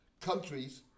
countries